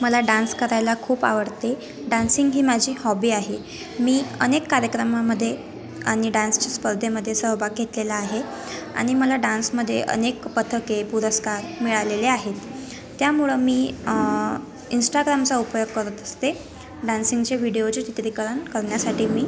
मला डान्स करायला खूप आवडते डान्सिंग ही माझी हॉबी आहे मी अनेक कार्यक्रमामध्ये आणि डान्सच्या स्पर्धेमध्ये सहभाग घेतलेला आहे आणि मला डान्समध्ये अनेक पदके पुरस्कार मिळालेले आहेत त्यामुळं मी इंस्टाग्रामचा उपयोग करत असते डान्सिंगचे व्हिडिओचे चित्रीकरण करण्यासाठी मी